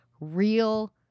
real